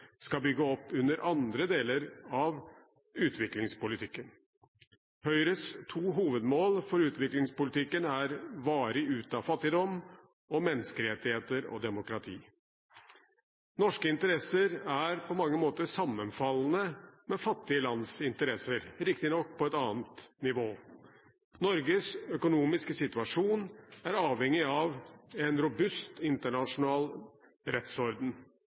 skal bygge opp under andre deler av utviklingspolitikken. Høyres to hovedmål for utviklingspolitikken er: varig ut av fattigdom og menneskerettigheter og demokrati. Norske interesser er på mange måter sammenfallende med fattige lands interesser, riktignok på et annet nivå. Norges økonomiske situasjon er avhengig av en robust internasjonal rettsorden.